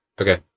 Okay